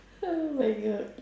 oh my god